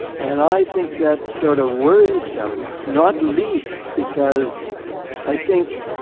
and i think that's sort of worrisome, not least because i think.